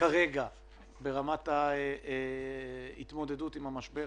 כרגע ברמת ההתמודדות עם המשבר.